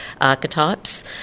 archetypes